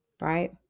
right